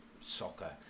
soccer